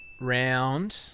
round